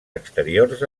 exteriors